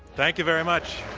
thank you very much.